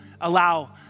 allow